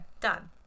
Done